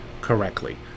correctly